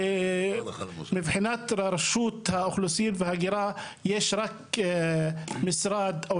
ומבחינת רשות האוכלוסין וההגירה יש רק לשכה